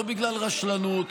לא בגלל רשלנות,